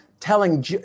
telling